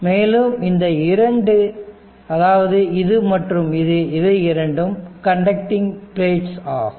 மேலும் இந்த இரண்டு அதாவது இது மற்றும் இது இவை இரண்டும் கண்டக்டிங் பிளேட்ஸ் ஆகும்